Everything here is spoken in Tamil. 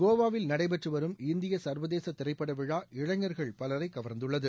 கோவாவில் நடைபெற்று வரும் இந்திய சர்வேதச திரைப்பட விழா இளைஞர்கள் பலரை கவர்ந்துள்ளது